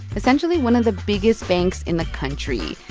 essentially, one of the biggest banks in the country.